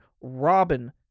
Robin